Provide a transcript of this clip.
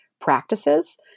practices